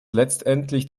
letztendlich